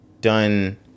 done